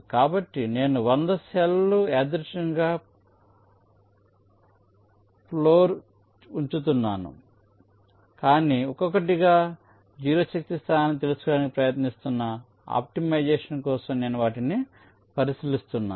కాబట్టి నేను 100 సెల్ లు యాదృచ్ఛికంగా ఫ్లోర్పై ఉంచుతున్నాను కానీ ఒక్కొక్కటిగా 0 శక్తి స్థానాన్ని తెలుసుకోవడానికి ప్రయత్నిస్తున్న ఆప్టిమైజేషన్ కోసం నేను వాటిని పరిశీలిస్తున్నాను